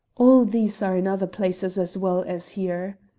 all these are in other places as well as here.